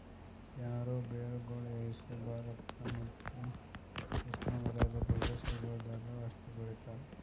taro ಬೇರುಗೊಳ್ Asia Bharat ಮತ್ತ್ ಉಷ್ಣೆವಲಯದ ಪ್ರದೇಶಗೊಳ್ದಾಗ್ ಅಷ್ಟೆ ಬೆಳಿತಾರ್